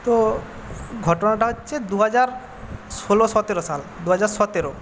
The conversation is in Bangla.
তো ঘটনাটা হচ্ছে দুহাজার ষোলো সতেরো সাল দুহাজার সতেরো